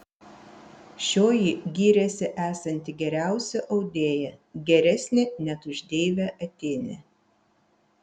šioji gyrėsi esanti geriausia audėja geresnė net už deivę atėnę